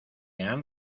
han